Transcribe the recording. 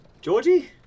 Georgie